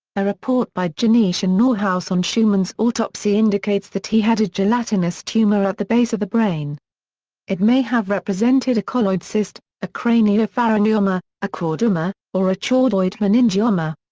a report by janisch and nauhaus on schumann's autopsy indicates that he had a gelatinous tumor at the base of the brain it may have represented a colloid cyst, a craniopharyngioma, a chordoma, or a chordoid meningioma.